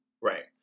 Right